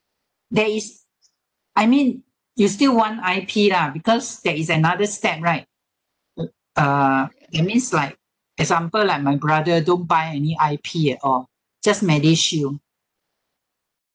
there is I mean you still want I_P lah because there is another step right uh it means like example like my brother don't buy any I_P at all just medishield